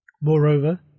Moreover